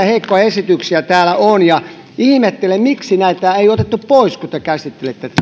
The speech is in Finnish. heikkoja esityksiä täällä on ja ihmettelen miksi näitä ei otettu pois kun te käsittelitte